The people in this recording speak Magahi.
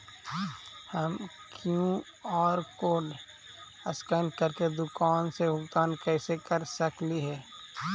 हम कियु.आर कोड स्कैन करके दुकान में भुगतान कैसे कर सकली हे?